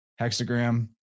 hexagram